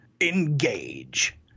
Engage